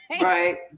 Right